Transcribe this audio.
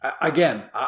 again